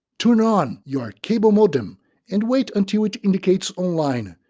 turn on your cable modem and wait until it indicates online.